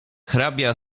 hrabia